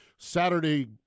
Saturday